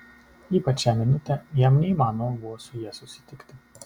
ypač šią minutę jam neįmanoma buvo su ja susitikti